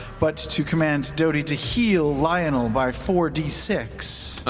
but to command doty to heal lionel by four d six.